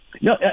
No